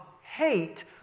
hate